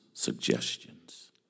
suggestions